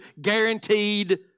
guaranteed